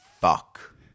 Fuck